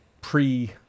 pre